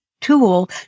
tool